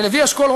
ללוי אשכול,